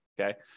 Okay